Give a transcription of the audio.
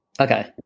Okay